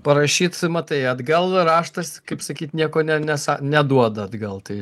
parašyt matai atgal raštas kaip sakyt nieko ne nesa neduoda atgal tai